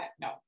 no